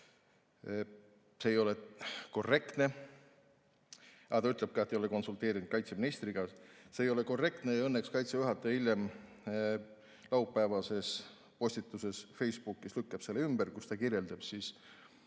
See ei ole korrektne. Aga ta ütleb ka, et ei ole konsulteeritud kaitseministriga. See ei ole korrektne. Õnneks Kaitseväe juhataja hiljem laupäevases postituses Facebookis lükkas selle ümber, kui ta kirjeldas,